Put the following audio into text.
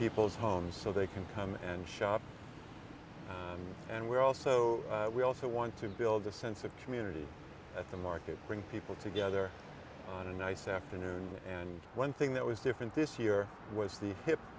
people's homes so they can come and shop and we're also we also want to build a sense of community at the market bring people together on a nice afternoon and one thing that was different this year was the